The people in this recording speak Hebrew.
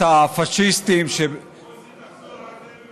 בחלקת הפאשיסטים, מוסי, תחזור על זה, בבקשה.